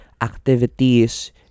activities